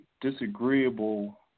disagreeable